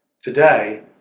Today